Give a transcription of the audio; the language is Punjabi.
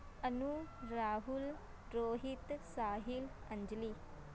ਅਨੂੰ ਰਾਹੁਲ ਰੋਹਿਤ ਸਾਹਿਲ ਅੰਜਲੀ